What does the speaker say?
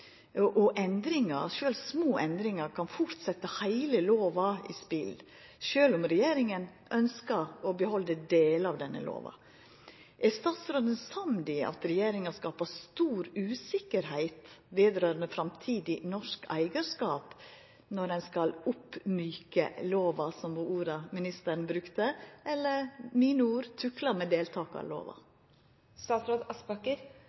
og endringar, sjølv små endringar, kan fort setja heile lova i spel, sjølv om regjeringa ønskjer å behalda delar av denne lova. Er statsråden samd i at regjeringa skapar stor usikkerheit med tanke på framtidig norsk eigarskap når ein skal mjuka opp lova, som var orda ministeren brukte – eller med mine ord: tukla med deltakarlova?